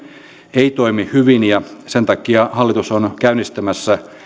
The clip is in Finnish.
ei toimi hyvin ja sen takia hallitus on käynnistämässä